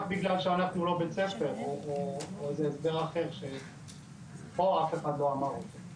רק בגלל שאנחנו לא בית ספר או איזה הסדר אחר שפה אף אחד לא אמר אותו.